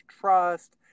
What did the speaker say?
trust